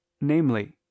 namely